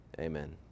Amen